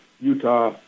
Utah